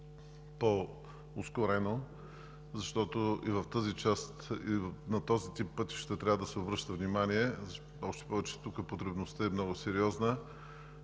по-ускорено, защото и в тази част, и на този тип пътища трябва да се обръща внимание, още повече че тук потребността е много сериозна.